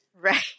Right